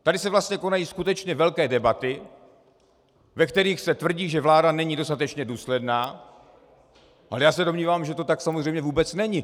Tady se vlastně konají skutečně velké debaty, ve kterých se tvrdí, že vláda není dostatečně důsledná, ale já se domnívám, že to tak samozřejmě vůbec není.